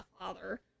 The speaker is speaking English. father